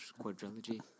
quadrilogy